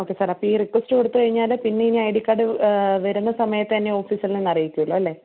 okay sir അപ്പോൾ ഈ request കൊടുത്തുകഴിഞ്ഞാൽ പിന്നെ ഇനി ഐ ഡി കാർഡ് വരുന്ന സമയത്ത് എന്നെ ഓഫീസിൽ നിന്ന് അറിയിക്കുമല്ലോ അല്ലേ